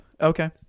Okay